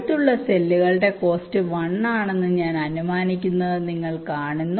അടുത്തുള്ള സെല്ലുകളുടെ കോസ്ററ് 1 ആണെന്ന് ഞാൻ അനുമാനിക്കുന്നത് നിങ്ങൾ കാണുന്നു